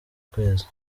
kwezi